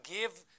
give